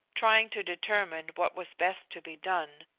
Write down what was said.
trying to determine what was best to be done,